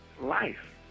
life